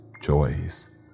joys